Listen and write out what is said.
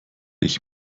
ich